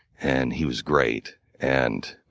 and he was great. and